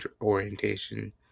orientation